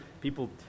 people